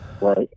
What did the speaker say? Right